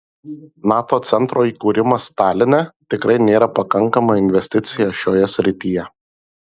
nato centro įkūrimas taline tikrai nėra pakankama investicija šioje srityje